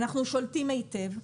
אנחנו שולטים היטב.